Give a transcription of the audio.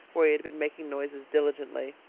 where he had been making noises diligently.